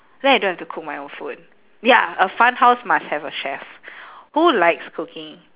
then I don't have to cook my own food ya a fun house must have a chef who likes cooking